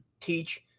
teach